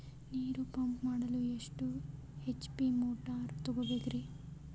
ನೀರು ಪಂಪ್ ಮಾಡಲು ಎಷ್ಟು ಎಚ್.ಪಿ ಮೋಟಾರ್ ತಗೊಬೇಕ್ರಿ?